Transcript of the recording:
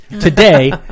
Today